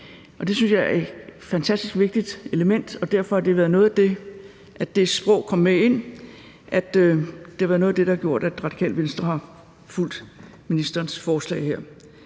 jeg er et fantastisk vigtigt element, og derfor har det, at det med sprog er kommet med, været noget af det, der har gjort, at Radikale Venstre har fulgt ministerens forslag her.